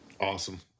Awesome